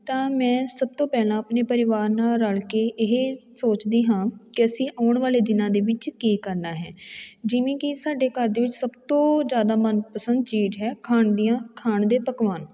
ਤਾਂ ਮੈਂ ਸਭ ਤੋਂ ਪਹਿਲਾਂ ਆਪਣੇ ਪਰਿਵਾਰ ਨਾਲ ਰਲ ਕੇ ਇਹ ਸੋਚਦੀ ਹਾਂ ਕਿ ਅਸੀਂ ਆਉਣ ਵਾਲੇ ਦਿਨਾਂ ਦੇ ਵਿੱਚ ਕੀ ਕਰਨਾ ਹੈ ਜਿਵੇਂ ਕਿ ਸਾਡੇ ਘਰ ਦੇ ਵਿੱਚ ਸਭ ਤੋਂ ਜ਼ਿਆਦਾ ਮਨਪਸੰਦ ਚੀਜ਼ ਹੈ ਖਾਣ ਦੀਆਂ ਖਾਣ ਦੇ ਪਕਵਾਨ